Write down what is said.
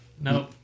Nope